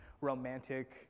romantic